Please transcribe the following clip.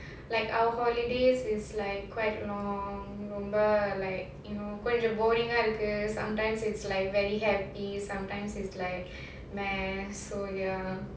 like our holidays is like quite long like you know ரொம்ப கொஞ்சம்:romba konjam boring ah இருக்கு:irukku sometimes it's like very happy sometimes it's like meh so ya